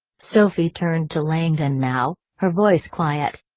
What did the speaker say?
sophie turned to langdon now, her voice quiet.